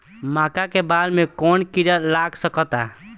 मका के बाल में कवन किड़ा लाग सकता?